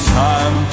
time